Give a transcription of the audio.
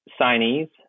signees